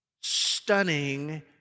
stunning